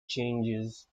changes